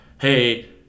hey